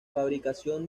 fabricación